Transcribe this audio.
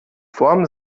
form